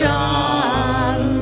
John